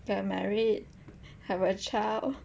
get married have a child